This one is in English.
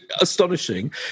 astonishing